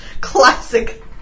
classic